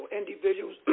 individuals